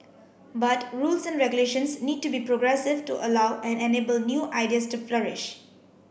but rules and regulations need to be progressive to allow and enable new ideas to flourish